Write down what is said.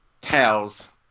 Tails